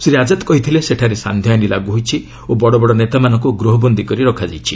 ଶ୍ରୀ ଆଜାଦ କହିଥିଲେ ସେଠାରେ ସାନ୍ଧ୍ୟ ଆଇନ ଲାଗୁ ହୋଇଛି ଓ ବଡ଼ବଡ଼ ନେତାମାନଙ୍କୁ ଗୃହବନ୍ଦୀ କରି ରଖାଯାଇଛି